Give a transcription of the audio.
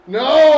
no